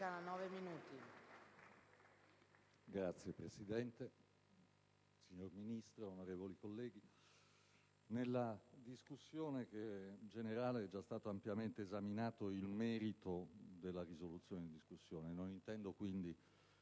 Signora Presidente, signor Ministro, onorevoli colleghi, nella discussione generale è già stato ampiamente esaminato il merito della risoluzione in discussione; non intendo quindi